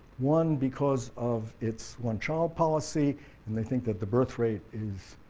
one because of its one child policy and they think that the birthrate is